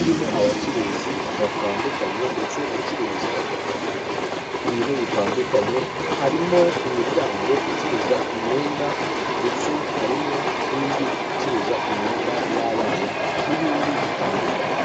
irimo abacuruzi batandukanye ndetse icuruza ibintu bitandukanye. Harimo imiryango icuruza imyenda ndetse harimo n'indi icuruza imyenda y'abana n'ibindi bitandukanye.